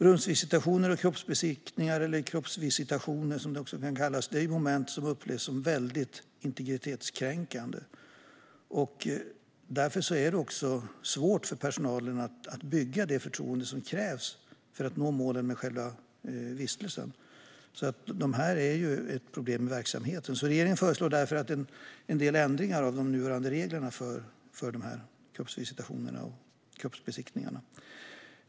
Rumsvisitationer och kroppsbesiktningar, eller kroppsvisitationer som de också kan kallas, är moment som upplevs som väldigt integritetskränkande. Därför är det svårt för personalen att bygga det förtroende som krävs för att nå målen med vistelsen. Det är ett problem i verksamheten. Regeringen föreslår därför en del ändringar av de nuvarande reglerna för kroppsvisitationer eller kroppsbesiktningar.